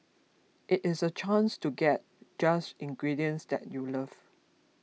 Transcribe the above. it is a chance to get just ingredients that you love